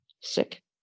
sick